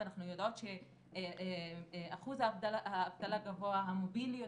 ואנחנו יודעות שאחוז האבטלה גבוה והמוביליות